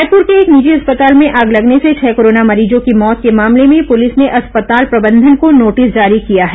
रायपुर के एक निजी अस्पताल में आग लगने से छह कोरोना मरीजों की मौत के मामले में पुलिस ने अस्पताल प्रबंधन को नोटिस जारी किया है